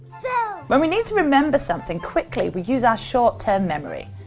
so when we need to remember something quickly, we use our short term memory.